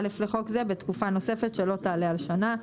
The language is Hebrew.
לחוק זה בתקופה נוספת שלא תעלה על שנה.